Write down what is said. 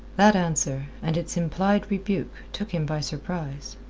that answer, and its implied rebuke, took him by surprise.